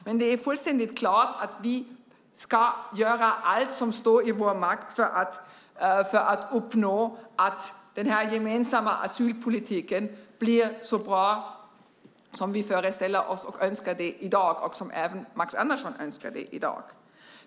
Men det är fullständigt klart att vi ska göra allt som står i vår makt för att uppnå att den här gemensamma asylpolitiken blir så bra som vi föreställer oss och önskar i dag och som även Max Andersson önskar.